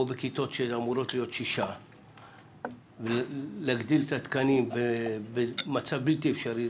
או בכיתות שאמורות להיות של שישה ולהגדיל את התקנים למצב בלתי אפשרי,